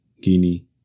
Guinea